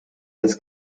des